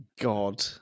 god